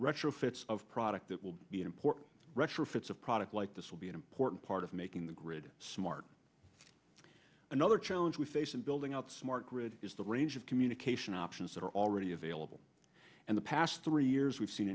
retrofits of product that will be important retrofits a product like this will be an important part of making the grid smart another challenge we face in building out smart grid is the range of communication options that are already available in the past three years we've seen